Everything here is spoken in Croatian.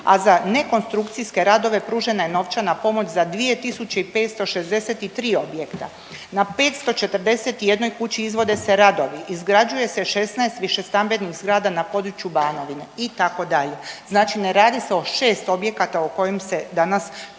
a za nekonstrukcijske radove pružena je novčana pomoć za 2.563 objekta. Na 541 kući izvode se radovi. Izgrađuje se 16 višestambenih zgrada na području Banovine itd. Znači ne radi se o 6 objekata o kojem se danas često